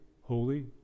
holy